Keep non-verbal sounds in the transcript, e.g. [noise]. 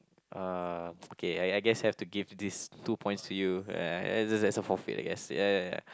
uh okay I I guess have to give this two points to you [noise] that's a forfeit I guess ya ya ya